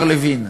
השר לוין?